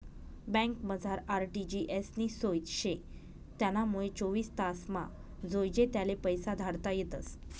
बँकमझार आर.टी.जी.एस नी सोय शे त्यानामुये चोवीस तासमा जोइजे त्याले पैसा धाडता येतस